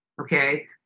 Okay